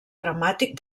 dramàtic